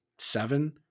seven